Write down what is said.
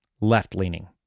left-leaning